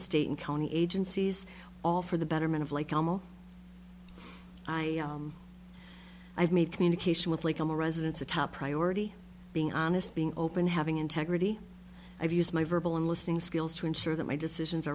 state and county agencies all for the betterment of like almost i have made communication with legal residents a top priority being honest being open having integrity i've used my verbal and listening skills to ensure that my decisions